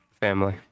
Family